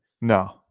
No